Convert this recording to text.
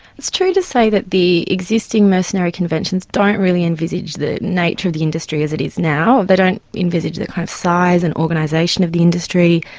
it's true to say that the existing mercenary conventions don't really envisage the nature of the industry as it is now they don't envisage the kind of size and organisation of the industry,